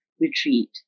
retreat